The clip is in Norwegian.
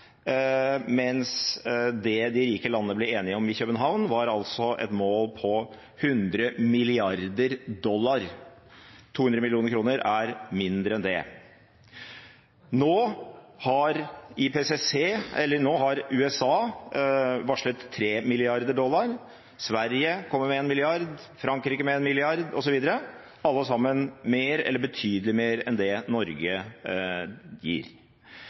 mens det de rike landene ble enige om i København, var et mål på 100 mrd. dollar. 200 mill. kr er mindre enn det. Nå har USA varslet at de bevilger 3 mrd. dollar, Sverige kommer med 1 mrd. dollar, Frankrike med 1 mrd. dollar, osv. – alle sammen med mer eller betydelig mer enn det Norge gir.